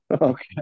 Okay